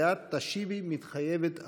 ואת תשיבי: "מתחייבת אני".